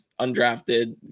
undrafted